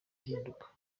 ihinduka